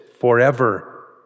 forever